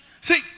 See